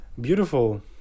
beautiful